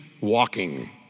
walking